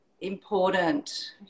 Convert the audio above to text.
important